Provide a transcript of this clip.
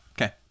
Okay